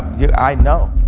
did i know